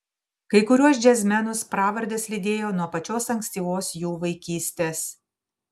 kai kuriuos džiazmenus pravardės lydėjo nuo pačios ankstyvos jų vaikystės